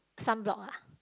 sunblock ah